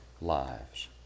lives